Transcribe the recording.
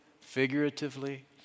figuratively